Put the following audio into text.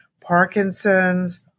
Parkinson's